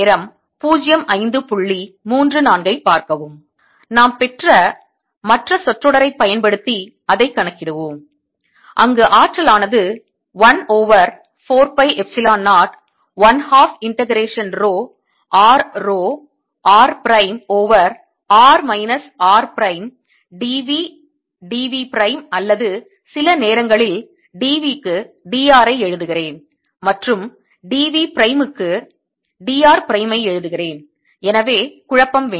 நாம் பெற்ற மற்ற சொற்றொடரைப் பயன்படுத்தி அதைக் கணக்கிடுவோம் அங்கு ஆற்றலானது 1 over 4 pi epsilon 0 1 half integration rho r rho r prime over r minus r prime d v d v prime அல்லது சில நேரங்களில் d v க்கு d r ஐ எழுதுகிறேன் மற்றும் d v பிரைம் க்கு d r பிரைம் ஐ எழுதுகிறேன் எனவே குழப்பம் வேண்டாம்